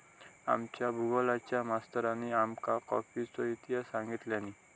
आमच्या भुगोलच्या मास्तरानी आमका कॉफीचो इतिहास सांगितल्यानी